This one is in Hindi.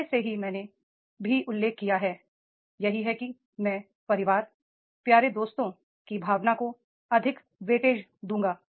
पहले से ही मैंने भी उल्लेख किया है यही है कि मैं परिवार प्यारे दोस्तों की भावना को अधिक भार weightage दूंगा